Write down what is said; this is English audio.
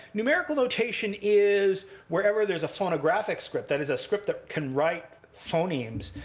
numerical notation is wherever there's a phonographic script, that is, a script that can write phonemes.